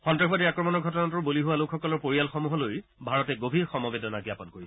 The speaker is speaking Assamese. সন্তাসবাদীৰ আক্ৰমণৰ ঘটনাটোৰ বলি হোৱা লোকসকলৰ পৰিয়ালসমূহলৈ ভাৰতে গভীৰ সমবেদনা জ্ঞাপন কৰিছে